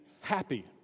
happy